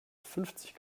fünfzig